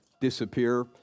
disappear